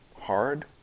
hard